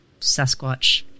Sasquatch